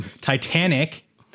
Titanic